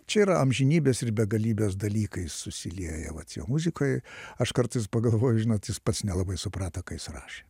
čia yra amžinybės ir begalybės dalykai susilieja vat jo muzikoj aš kartais pagalvoju žinot jis pats nelabai suprato ką jis rašė